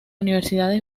universidades